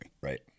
Right